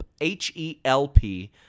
H-E-L-P